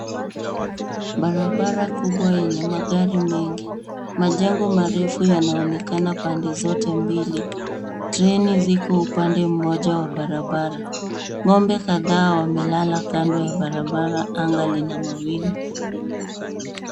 Barabara kubwa yenye magari mengi. Majengo marefu yanaonekana pande zote mbili. Treni ziko upande mmoja wa barabara. Ng'ombe kadhaa wamelala kando ya barabara. Anga lina mawingu.